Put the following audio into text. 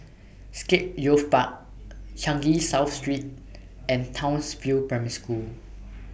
Scape Youth Park Changi South Street and Townsville Primary School